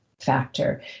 factor